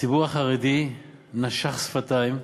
והציבור החרדי נשך שפתיים,